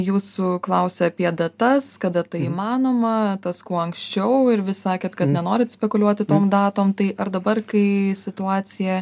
jūsų klausia apie datas kada tai įmanoma tas kuo anksčiau ir vis sakėt kad nenorit spekuliuoti tom datom tai ar dabar kai situacija